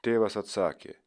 tėvas atsakė